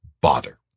bother